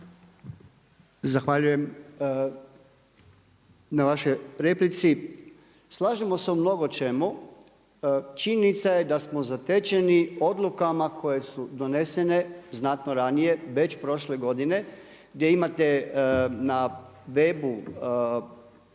Zahvaljujem na vašoj replici. Slažemo se u mnogo čemu. Činjenica je da smo zatečeni odlukama koje su donesene znatno ranije već prošle godine gdje imate na webu stranica